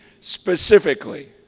specifically